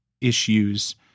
issues